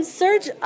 search